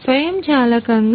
స్వయంచాలకంగా